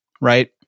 right